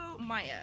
Maya